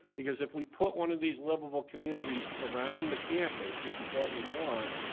because if we put one of these liveable communities around the campus, which is what we want,